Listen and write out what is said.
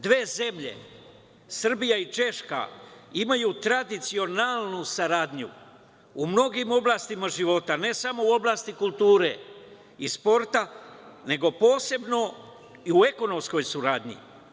Dve zemlje Srbija i Češka imaju tradicionalnu saradnju u mnogim oblastima života, ne samo u oblasti kulture i sporta, nego posebno i u ekonomskoj saradnji.